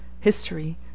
history